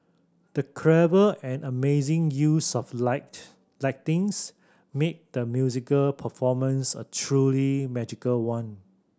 the clever and amazing use of light lighting's made the musical performance a truly magical one